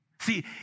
See